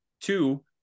Two